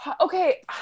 Okay